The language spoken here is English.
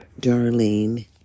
Darlene